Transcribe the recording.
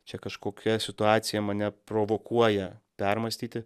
čia kažkokia situacija mane provokuoja permąstyti